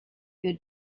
your